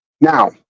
Now